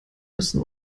müssen